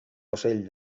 ocell